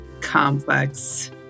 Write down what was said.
complex